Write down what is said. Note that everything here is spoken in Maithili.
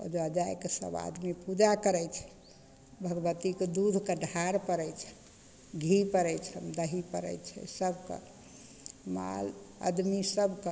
ओहिजे जाके सभ आदमी पूजा करै छै भगवतीके दूधके ढार पड़ै छनि घी पड़ै छनि दही पड़ै छै सभकेँ माल आदमी सभकेँ